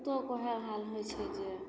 कुत्तोके वएह हाल होइ छै जे